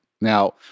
Now